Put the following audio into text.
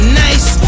nice